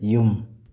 ꯌꯨꯝ